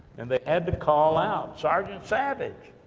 and they had to call out, sergeant savage,